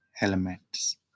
elements